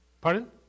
Pardon